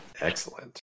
Excellent